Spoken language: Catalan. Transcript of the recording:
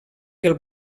pel